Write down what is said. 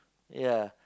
ya